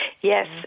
Yes